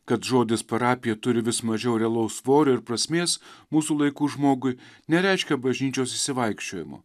kad žodis parapija turi vis mažiau realaus svorio ir prasmės mūsų laikų žmogui nereiškia bažnyčios išsivaikščiojimo